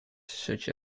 such